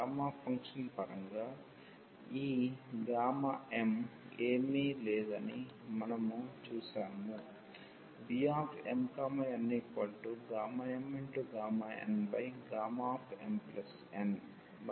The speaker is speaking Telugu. గామా ఫంక్షన్ పరంగా ఈ m ఏమీ లేదని మనము చూశాము Bmnmnmn